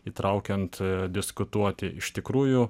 įtraukiant diskutuoti iš tikrųjų